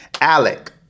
alec